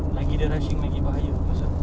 lagi dia rushing lagi bahaya aku rasa